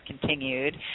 continued